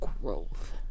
growth